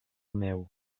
meu